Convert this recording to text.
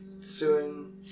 suing